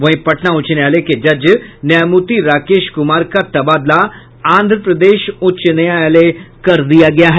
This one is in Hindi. वहीं पटना उच्च न्यायालय के जज न्यायमूर्ति राकेश कुमार का तबादला आंध्र प्रदेश उच्च न्यायालय कर दिया गया है